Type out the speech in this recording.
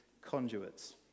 conduits